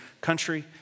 country